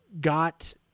got